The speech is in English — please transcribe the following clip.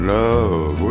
love